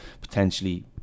potentially